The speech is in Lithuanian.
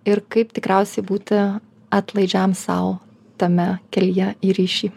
ir kaip tikriausiai būti atlaidžiam sau tame kelyje į ryšį